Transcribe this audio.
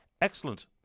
Excellent